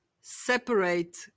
separate